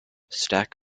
stack